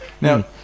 Now